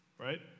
right